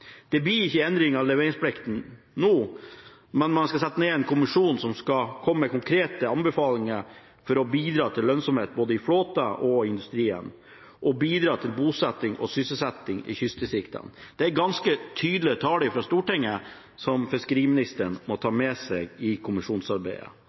Det blir ikke endring av leveringsplikta nå, men man skal sette ned en kommisjon som skal komme med konkrete anbefalinger for å bidra til lønnsomhet både i flåten og i industrien, og bidra til bosetting og sysselsetting i kystdistriktene. Dette er ganske tydelig tale fra Stortinget, som fiskeriministeren må